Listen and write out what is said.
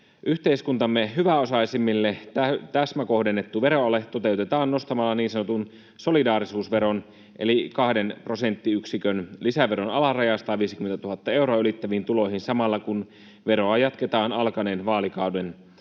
Yhteiskuntamme hyväosaisimmille täsmäkohdennettu veroale toteutetaan nostamalla niin sanotun solidaarisuusveron eli kahden prosenttiyksikön lisäveron alaraja 150 000 euroa ylittäviin tuloihin samalla, kun veroa jatketaan alkaneen vaalikauden